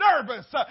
nervous